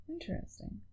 Interesting